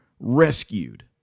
rescued